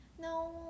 No